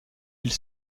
ils